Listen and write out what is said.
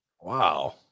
Wow